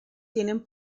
tienen